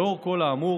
לאור כל האמור,